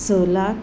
स लाख